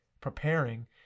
preparing